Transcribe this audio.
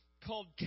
called